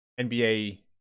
NBA